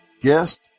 guest